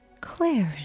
Clarence